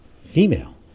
female